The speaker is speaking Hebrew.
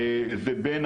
זה בין